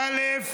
א.